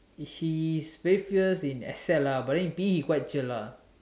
he's very fierce in excel lah but in P_E he quite chill lah